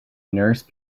nurse